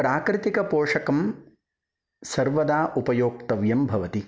प्राकृतिकपोषकं सर्वदा उपयोक्तव्यं भवति